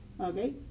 okay